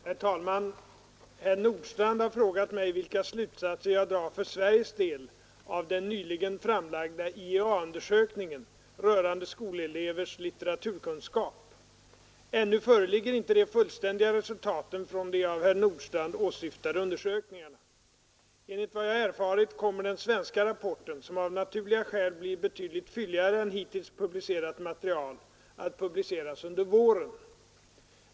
Herr talman! Herr Nordstrandh har frågat mig, vilka slutsatser jag drar för Sveriges del av den nyligen framlagda IEA-undersökningen rörande skolelevers litteraturkunskap. Ännu föreligger inte de fullständiga resultaten från de av herr Nordstrandh åsyftade undersökningarna. Enligt vad jag erfarit kommer den svenska rapporten — som av naturliga skäl blir betydligt fylligare än hittills publicerat material — att publiceras under våren.